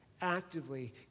actively